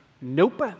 Nope